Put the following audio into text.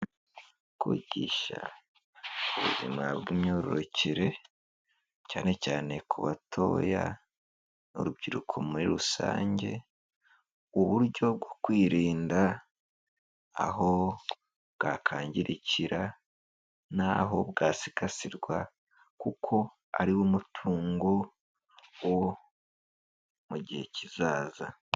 Kwigisha ubuzima bw'imyororokere cyane cyane ku batoya n'urubyiruko muri rusange, uburyo bwo kwirinda aho bwakangirikira n'aho bwasigasirwa kuko ariwo mutungo wo mu gihe kizaza.